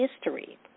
history